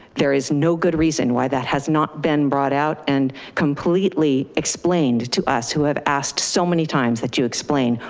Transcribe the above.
there is no good reason why that has not been brought out and completely explained to us who have asked so many times that you explain,